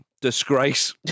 disgrace